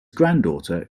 granddaughter